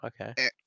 Okay